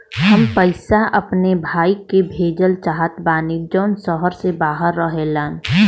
हम पैसा अपने भाई के भेजल चाहत बानी जौन शहर से बाहर रहेलन